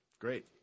Great